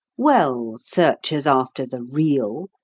well, searchers after the real,